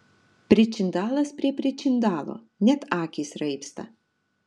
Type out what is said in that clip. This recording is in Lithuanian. pričindalas prie pričindalo net akys raibsta